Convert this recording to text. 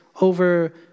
over